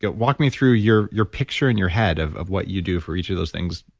but walk me through your your picture in your head of of what you do for each of those things,